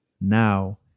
now